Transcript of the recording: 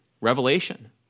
revelation